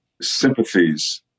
sympathies